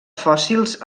fòssils